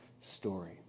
story